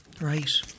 Right